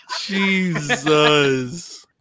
Jesus